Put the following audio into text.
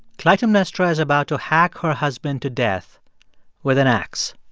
clytemnestra is about to hack her husband to death with an axe.